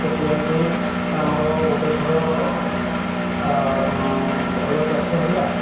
ଯେମିତି ଆମର ଗୋଟେ ଥର ଭଲ ଚାଷ ହେଲା